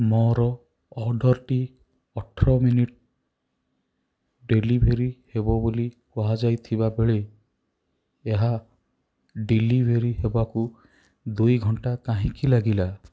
ମୋର ଅର୍ଡ଼ର୍ଟି ଅଠର ମିନିଟ୍ ଡେଲିଭରି ହେବ ବୋଲି କୁହାଯାଇଥିବା ବେଳେ ଏହା ଡେଲିଭର୍ ହେବାକୁ ଦୁଇ ଘଣ୍ଟା କାହିଁକି ଲାଗିଲା